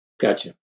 Gotcha